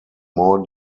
more